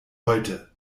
heute